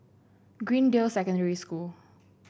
Greendale Secondary School